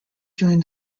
joined